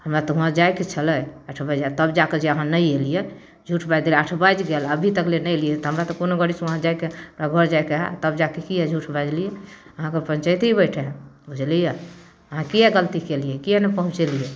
हमरा तऽ हुआँ जाइके छलै आठ बजे आओर तब जाके जे अहाँ नहि अएलिए झूठ बाइजि आठ बाजि गेल अभी तक ले नहि अएलिए तऽ हमरा तऽ कोनो गाड़ीसँ वहाँ जाइके हमरा घर जाइके हइ तब जाके किएक झूठ बाजलिए अहाँपर पनचैती बैठाएब बुझलिए अहाँ किएक गलती केलिए किएक नहि पहुँचेलिए हुँ